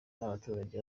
n’abaturage